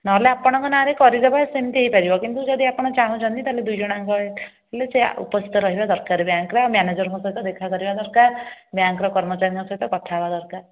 ନହେଲେ ଆପଣଙ୍କ ନାଁରେ କରିଦେବା ସେମିତି ହୋଇପାରିବ କିନ୍ତୁ ଯଦି ଆପଣ ଚାହୁଁଛନ୍ତି ତାହେଲେ ଦୁଇ ଜଣଙ୍କ ପାଇଁ ହେଲେ ସେ ଉପସ୍ଥିତ ରହିବା ଦରକାର ବ୍ୟାଙ୍କରେ ଆଉ ମ୍ୟାନେଜରଙ୍କ ସହିତ ଦେଖା କରିବା ଦରକାର ବ୍ୟାଙ୍କର କର୍ମଚାରୀଙ୍କ ସହିତ କଥା ହେବା ଦରକାର